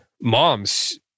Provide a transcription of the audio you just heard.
moms